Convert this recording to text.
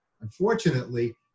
unfortunately